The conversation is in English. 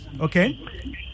okay